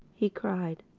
he cried,